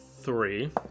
three